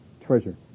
treasure